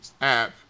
app